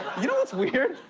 you know what's weird?